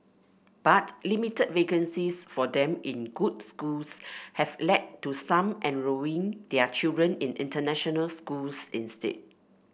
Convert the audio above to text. but limited vacancies for them in good schools have led to some enrolling their children in international schools instead